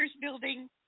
building